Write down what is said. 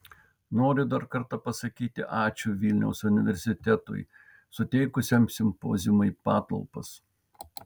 noriu dar kartą pasakyti ačiū vilniaus universitetui suteikusiam simpoziumui patalpas